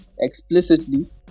explicitly